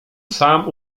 sam